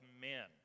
men